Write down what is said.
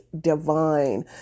divine